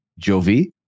Jovi